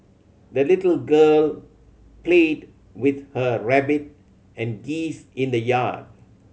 the little girl played with her rabbit and geese in the yard